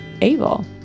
able